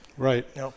Right